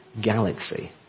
galaxy